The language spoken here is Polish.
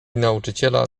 nauczyciela